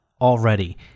already